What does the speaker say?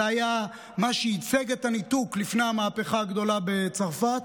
זה היה מה שייצג את הניתוק לפני המהפכה הגדולה בצרפת.